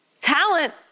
Talent